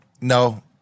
No